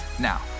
Now